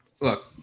look